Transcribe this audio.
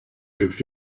lived